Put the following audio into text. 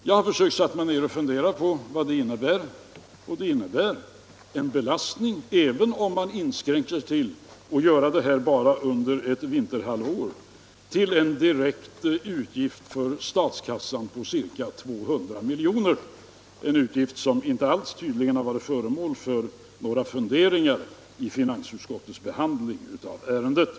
Jag har satt mig ned och funderat på vad det innebär och kommit fram till att det innebär —- även om man inskränker sig till att göra det här bara under ett vinterhalvår — ett direkt inkomstbortfall för statskassan på ca 200 miljoner, en utgift som tydligen inte alls varit föremål för några funderingar vid finansutskottets behandling av ärendet.